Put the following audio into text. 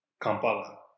Kampala